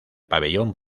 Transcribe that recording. pabellón